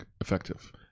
effective